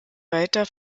weiter